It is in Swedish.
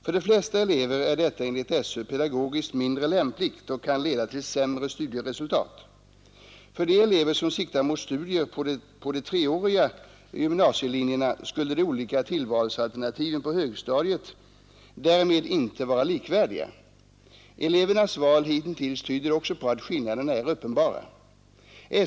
För de flesta elever är detta enligt SÖ pedagogiskt mindre lämpligt och kan leda till sämre studieresultat. För de elever som siktar mot studier på de treåriga gymnasielinjerna skulle de olika tillvalsalternativen på högstadiet därmed inte vara likvärdiga. Elevernas val hitintills tyder också på att skillnaderna är uppenbara.